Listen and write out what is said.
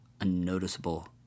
unnoticeable